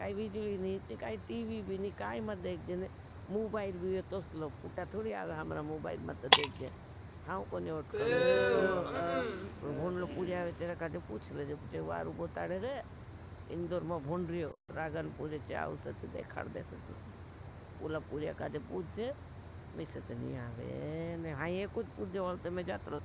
काई विजली नहीं थी, काई टीवी भी नहीं थी, काई मां देख जे।